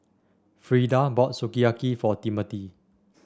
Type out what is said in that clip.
Freeda bought Sukiyaki for Timmothy